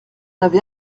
avait